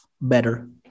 better